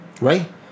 Right